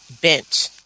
bench